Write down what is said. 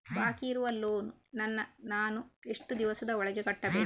ಬಾಕಿ ಇರುವ ಲೋನ್ ನನ್ನ ನಾನು ಎಷ್ಟು ದಿವಸದ ಒಳಗೆ ಕಟ್ಟಬೇಕು?